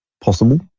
Possible